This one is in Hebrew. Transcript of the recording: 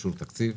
באישור תקציב.